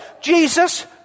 Jesus